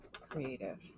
Creative